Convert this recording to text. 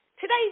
Today